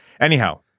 Anyhow